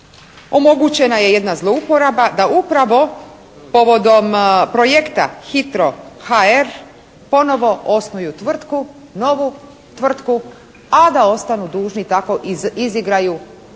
omogućena je jedna zlouporaba da upravo povodom projekta «Hitro HR» ponovo osnuju tvrtku, novu tvrtku a da ostanu dužni, tako izigraju potraživanje